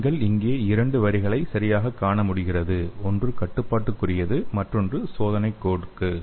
நீங்கள் இங்கே இரண்டு வரிகளை சரியாகக் காண முடிகிறது ஒன்று கட்டுப்பாட்டுக்குரியது மற்றும் ஒன்று சோதனைக் கோட்டுக்கு